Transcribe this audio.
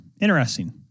interesting